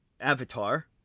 Avatar